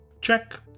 check